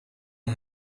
her